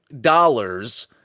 dollars